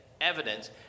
evidence